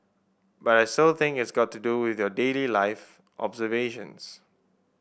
but I still think it's got to do with your daily life observations